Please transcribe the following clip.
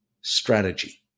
strategy